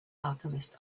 alchemist